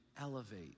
elevate